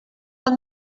bon